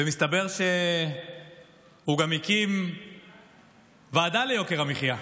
מסתבר שהוא גם הקים ועדה ליוקר המחיה.